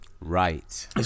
Right